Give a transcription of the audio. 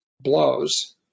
blows